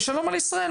ולשום על ישראל,